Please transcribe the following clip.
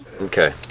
okay